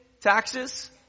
taxes